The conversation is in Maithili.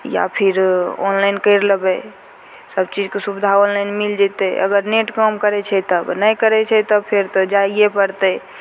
या फिर ऑनलाइन करि लेबै सबचीजके सुविधा ऑनलाइन मिलि जएतै अगर नेट काम करै छै तब नहि करै छै तब फेर तऽ जाइए पड़तै